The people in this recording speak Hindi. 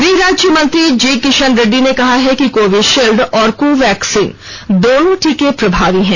गृह राज्य मंत्री जी किशन रेड्डी ने कहा है कि कोविशिल्ड और को वैक्सिन दोनों टीके प्रभावी हैं